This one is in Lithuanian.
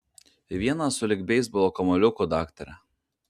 vienas sulig beisbolo kamuoliuku daktare